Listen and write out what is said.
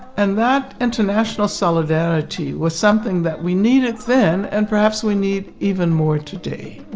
and that international solidarity was something that we needed then and perhaps we need even more today